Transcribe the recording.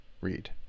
read